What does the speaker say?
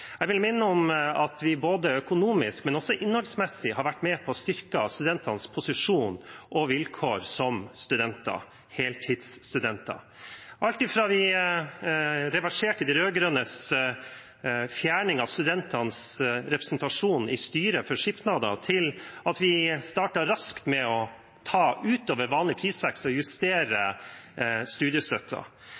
Jeg vil minne om at vi både økonomisk og innholdsmessig har vært med på å styrke studentenes posisjon og vilkår som heltidsstudenter – alt fra at vi reverserte de rød-grønnes fjerning av studentenes representasjon i samskipnadsstyrene, til at vi startet raskt med å justere studiestøtten utover vanlig prisvekst. Vi ble på borgerlig side enige om å trappe opp, mot elleve måneder studiestøtte.